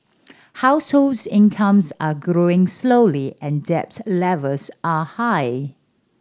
households incomes are growing slowly and debt levels are high